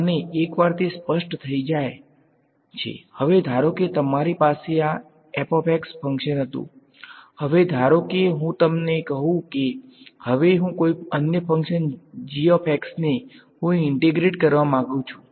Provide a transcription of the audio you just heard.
અને એકવાર તે સ્પષ્ટ થઈ જાય હવે ધારો કે તમારી પાસે આ ફંક્શન હતું હવે ધારો કે હું તમને કહું છું કે હવે હું કોઈ અન્ય ફંક્શન ને હુ ઈંટેગ્રેટ કરવા માંગુ છું